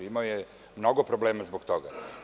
Imao je mnogo problema zbog toga.